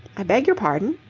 i beg your pardon?